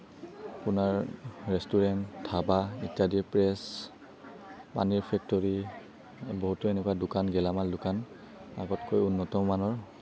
আপোনাৰ ৰেষ্টোৰেন্ট ধাবা ইত্যাদি প্ৰেছ পানীৰ ফেক্টৰী বহুতো এনেকুৱা দোকান গেলামাল দোকান আগতকৈ উন্নতমানৰ